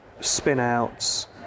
spin-outs